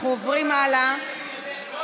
לא להתחתן ולא למות.